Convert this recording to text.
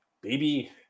Baby